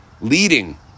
leading